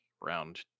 round